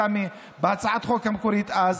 סמי, בהצעת החוק המקורית אז,